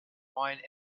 wine